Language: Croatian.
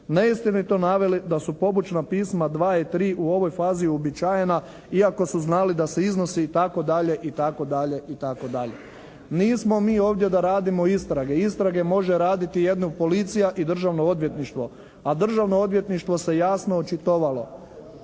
neistinito naveli da su pobočna pisma dva i tri u ovoj fazi uobičajena iako su znali da se iznosi itd., itd., itd. Nismo mi ovdje da radimo istrage. Istrage može raditi jedino policija i Državno odvjetništvo, a Državno odvjetništvo se jasno očitovalo.